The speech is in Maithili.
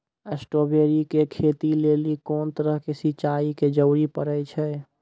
स्ट्रॉबेरी के खेती लेली कोंन तरह के सिंचाई के जरूरी पड़े छै?